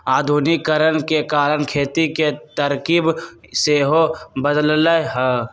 आधुनिकीकरण के कारण खेती के तरकिब सेहो बदललइ ह